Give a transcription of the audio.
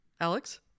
Alex